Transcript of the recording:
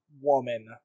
woman